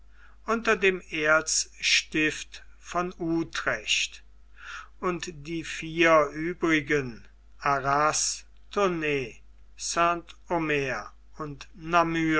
unter dem erzstift von utrecht und die vier übrigen arras tournay st omer und